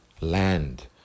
land